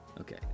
okay